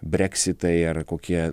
breksitai ar kokie